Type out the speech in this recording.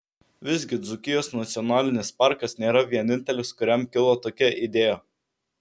visgi dzūkijos nacionalinis parkas nėra vienintelis kuriam kilo tokia idėja